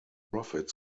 profits